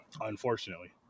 unfortunately